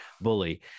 bully